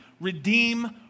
redeem